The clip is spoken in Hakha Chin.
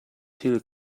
thil